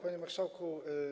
Panie Marszałku!